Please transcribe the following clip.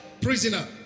prisoner